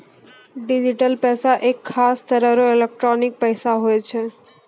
digital पैसा एक खास तरह रो एलोकटानिक पैसा हुवै छै